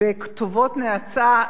בכתובות נאצה,